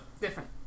Different